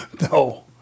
No